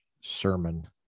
sermon